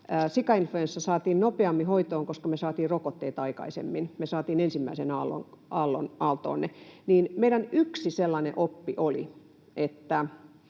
sikainfluenssa saatiin nopeammin hoitoon, koska me saimme rokotteita aikaisemmin. Me saimme ensimmäiseen aaltoon ne. — Meidän yksi sellainen oppi oli, että